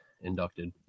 inducted